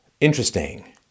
interesting